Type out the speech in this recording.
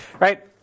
right